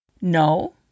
No